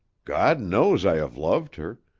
god knows i have loved her.